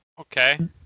Okay